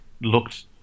looked